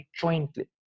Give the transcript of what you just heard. jointly